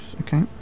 okay